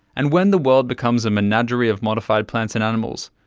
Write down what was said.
and when the world becomes a menagerie of modified plants and animals,